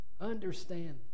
Understand